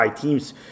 teams